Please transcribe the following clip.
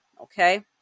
okay